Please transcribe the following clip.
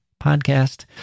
podcast